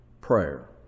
prayer